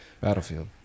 Battlefield